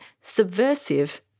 subversive